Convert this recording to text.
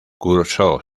cursó